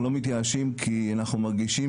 אנחנו לא מתייאשים כי אנחנו מרגישים